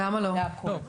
למה לא?